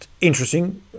interesting